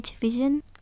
vision